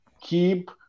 keep